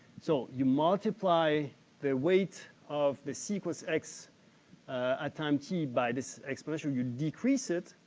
so, you multiply the weight of the sequence x a time t by this exponential, you decrease it,